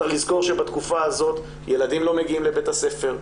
צריך לזכור שבתקופה הזאת ילדים לא מגיעים לבית הספר,